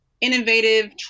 innovative